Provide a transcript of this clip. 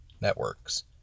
networks